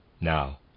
Now